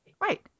Right